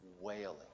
wailing